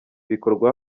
bikorwa